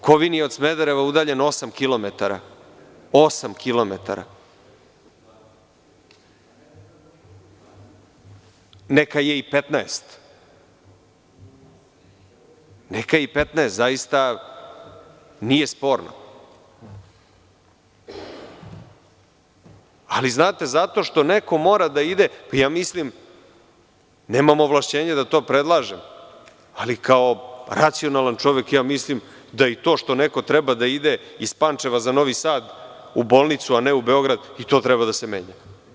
Kovin je od Smedereva udaljen osam kilometara, neka je i 15, zaista nije sporno, ali zato što neko mora da ide, nemam ovlašćenja da to predlažem, ali kao racionalan čovek mislim da i to što neko treba da ide iz Pančeva za Novi Sad u bolnicu, a ne u Beograd, i to treba da se menja.